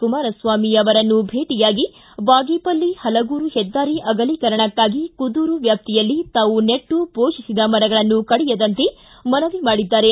ಕುಮಾರಸ್ವಾಮಿ ಅವರನ್ನು ಭೇಟಿಯಾಗಿ ಬಾಗೇಪಲ್ಲಿ ಪಲಗೂರು ಹೆದ್ದಾರಿ ಅಗಲೀಕರಣಕ್ಕಾಗಿ ಕುದೂರು ವ್ಯಾಪ್ತಿಯಲ್ಲಿ ತಾವು ನೆಟ್ಟು ಪೋಷಿಸಿದ ಮರಗಳನ್ನು ಕಡಿಯದಂತೆ ಮನವಿ ಮಾಡಿದ್ದಾರೆ